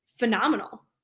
Phenomenal